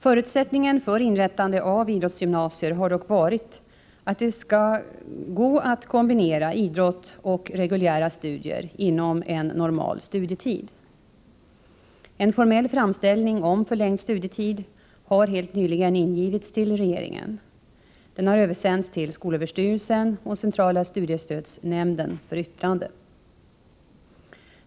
Förutsättningen för inrättande av idrottsgymnasier har dock varit att det skall gå att kombinera idrott och reguljära studier inom en normal studietid. En formell framställning om förlängd studietid har helt nyligen ingivits till regeringen. Den har översänts till skolöverstyrelsen och centrala studiestödsnämnden för yttrande.